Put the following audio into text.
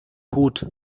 hut